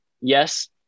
Yes